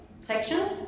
section